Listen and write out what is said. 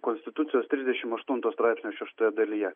konstitucijos trisdešimt aštunto straipsnio šeštojoje dalyje